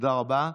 תודה רבה.